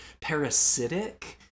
parasitic